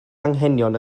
anghenion